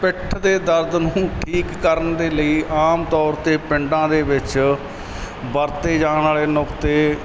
ਪਿੱਠ ਦੇ ਦਰਦ ਨੂੰ ਠੀਕ ਕਰਨ ਦੇ ਲਈ ਆਮ ਤੌਰ 'ਤੇ ਪਿੰਡਾਂ ਦੇ ਵਿੱਚ ਵਰਤੇ ਜਾਣ ਵਾਲੇ ਨੁਕਤੇ